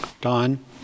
Don